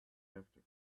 after